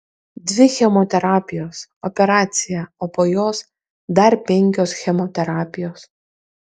dvi chemoterapijos operacija o po jos dar penkios chemoterapijos